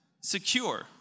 secure